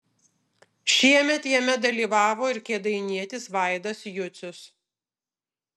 šiemet jame dalyvavo ir kėdainietis vaidas jucius